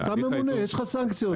אתה ממונה יש לך סנקציות.